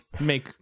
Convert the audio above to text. make